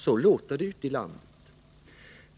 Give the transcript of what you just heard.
Så låter det ute i landet.